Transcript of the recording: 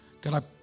God